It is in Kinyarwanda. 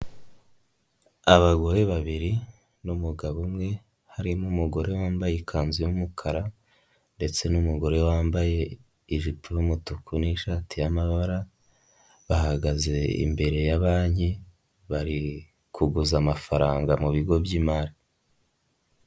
Abagore babiri n'umugabo umwe, harimo umugore wambaye ikanzu y'umukara ndetse n'umugore wambaye ijipo y'umutuku n'ishati y'amabara, bahagaze imbere ya banki, bari kuguza amafaranga mubigo by'imari.